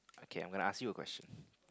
okay I'm gonna ask you a question